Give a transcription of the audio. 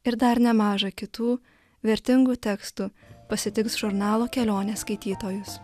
ir dar nemaža kitų vertingų tekstų pasitiks žurnalo kelionė skaitytojus